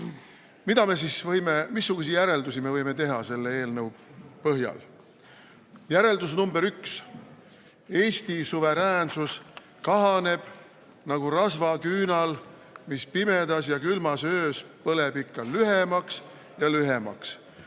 isegi. Missuguseid järeldusi me võime selle eelnõu põhjal teha? Järeldus nr 1: Eesti suveräänsus kahaneb nagu rasvaküünal, mis pimedas ja külmas öös põleb ikka lühemaks ja lühemaks.